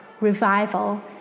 revival